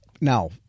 Now